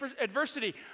adversity